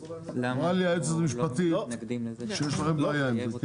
אמרה לי היועצת המשפטית שיש לכם בעיה עם זה?